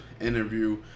interview